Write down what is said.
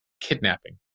kidnapping